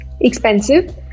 expensive